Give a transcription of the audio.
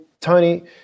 Tony